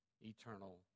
eternal